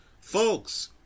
folks